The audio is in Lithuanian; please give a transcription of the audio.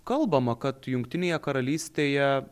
kalbama kad jungtinėje karalystėje